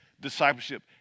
discipleship